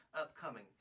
upcoming